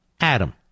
Adam